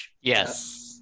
Yes